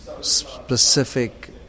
specific